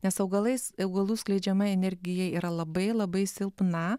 nes augalais augalų skleidžiama energija yra labai labai silpna